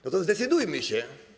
No to zdecydujmy się.